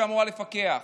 שאמורה לפקח?